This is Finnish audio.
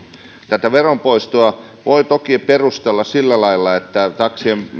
tätä veron poistoa voi toki perustella sillä että taksien